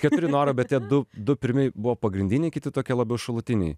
keturi norai bet tie du du pirmi buvo pagrindiniai kiti tokie labiau šalutiniai